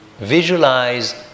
Visualize